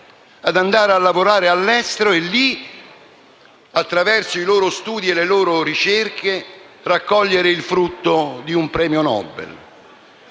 ad andare a lavorare all'estero e lì, attraverso i loro studi e le loro ricerche, raccogliere il frutto di un premio Nobel?